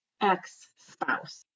ex-spouse